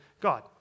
God